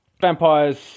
Vampires